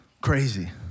crazy